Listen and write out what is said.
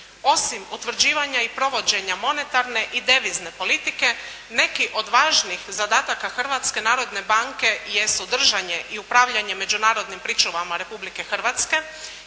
Osim utvrđivanja i provođenja monetarne i devizne politike neki od važnih zadataka Hrvatske narodne banke jesu držanje i upravljanje međunarodnim pričuvama Republike Hrvatske,